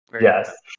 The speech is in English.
Yes